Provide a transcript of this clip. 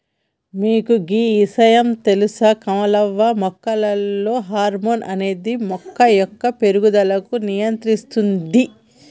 మీకు గీ ఇషయాం తెలుస కమలవ్వ మొక్కలలో హార్మోన్ అనేది మొక్క యొక్క పేరుగుదలకు నియంత్రిస్తుంది